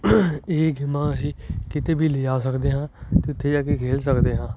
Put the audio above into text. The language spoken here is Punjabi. ਇਹ ਗੇਮਾਂ ਅਸੀਂ ਕਿਤੇ ਵੀ ਲਿਜਾ ਸਕਦੇ ਹਾਂ ਅਤੇ ਉੱਥੇ ਜਾ ਕੇ ਖੇਲ ਸਕਦੇ ਹਾਂ